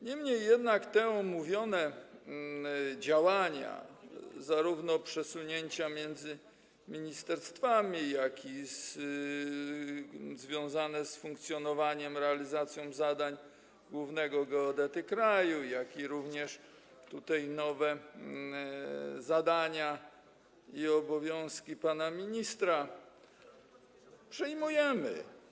Niemniej jednak omówione działania, zarówno przesunięcia między ministerstwami, jak i działania związane z funkcjonowaniem, realizacją zadań głównego geodety kraju, jak również nowe zadania i obowiązki pana ministra przyjmujemy.